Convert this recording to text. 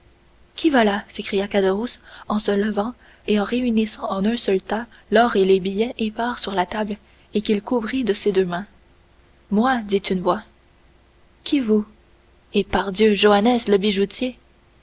qui va là s'écria caderousse en se levant et en réunissant en un seul tas l'or et les billets épars sur la table et qu'il couvrit de ses deux mains moi dit une voix qui vous et pardieu joannès le bijoutier